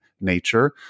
nature